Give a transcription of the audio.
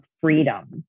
freedom